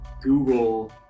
Google